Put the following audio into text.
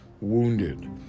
wounded